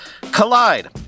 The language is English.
Collide